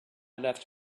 left